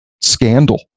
scandal